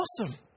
awesome